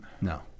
No